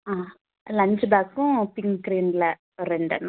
ஆ lunch பேக்கும் pink க்ரீனில் ஒரு ரெண்டண்ணம்